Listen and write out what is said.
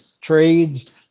trades